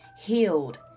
healed